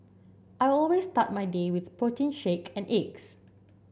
I always start my day with a protein shake and eggs